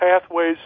pathways